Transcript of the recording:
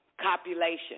copulation